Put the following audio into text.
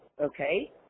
Okay